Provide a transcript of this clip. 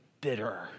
bitter